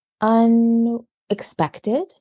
unexpected